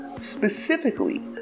Specifically